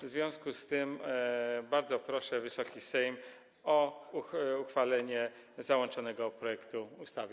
W związku z tym bardzo proszę Wysoki Sejm o uchwalenie załączonego projektu ustawy.